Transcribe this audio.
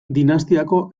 dinastiako